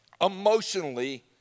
emotionally